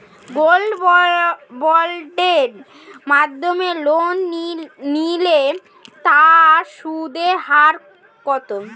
Gold বন্ডের মাধ্যমে loan নিলে তার সুদের হার কত?